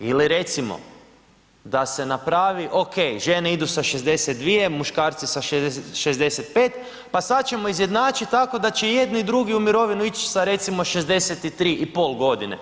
Ili recimo da se napravi, ok, žene idu sa 62, muškarci sa 65, pa sad ćemo izjednačit tako da će i jedni i drugi u mirovinu ići sa recimo 63,5 godine.